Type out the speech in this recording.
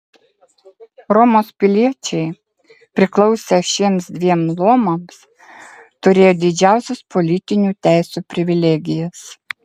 romos piliečiai priklausę šiems dviem luomams turėjo didžiausias politiniu teisių privilegijas